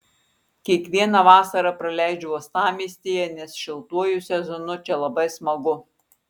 kiekvieną vasarą praleidžiu uostamiestyje nes šiltuoju sezonu čia labai smagu